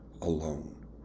alone